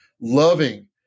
loving